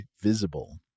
Visible